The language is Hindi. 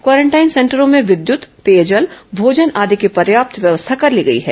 क्वारेंटाइन सेंटरों में विद्युत पेयजल भोजन आदि की पर्याप्त व्यवस्था कर ली गई है